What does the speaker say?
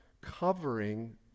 covering